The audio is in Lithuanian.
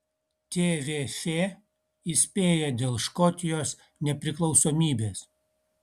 tvf įspėja dėl škotijos nepriklausomybės